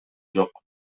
жок